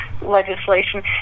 legislation